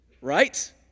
right